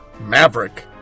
maverick